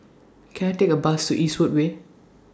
Can I Take A Bus to Eastwood Way